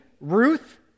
Ruth